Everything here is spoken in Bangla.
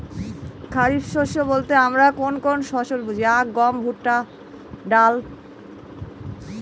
খরিফ শস্য বলতে আমরা কোন কোন ফসল কে বুঝি?